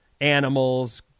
animals